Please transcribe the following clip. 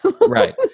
Right